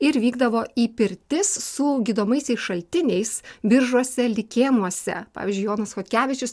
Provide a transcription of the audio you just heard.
ir vykdavo į pirtis su gydomaisiais šaltiniais biržuose likėnuose pavyzdžiui jonas chodkevičius